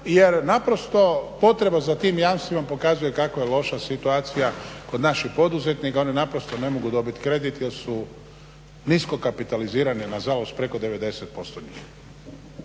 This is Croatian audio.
Jer naprosto potreba za tim jamstvima pokazuje kako je loša situacija kod naših poduzetnika. Oni naprosto ne mogu dobiti kredit jer su nisko kapitalizirane nažalost preko 90%